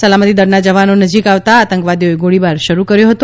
સલામતી દળના જવાનો નજીક આવતા આતંકવાદીઓએ ગોળીબાર શરૂ કર્યો હતો